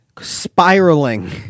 spiraling